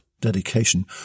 dedication